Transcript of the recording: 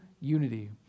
unity